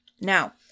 Now